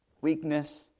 weakness